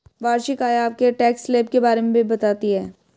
वार्षिक आय आपके टैक्स स्लैब के बारे में भी बताती है